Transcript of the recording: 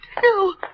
No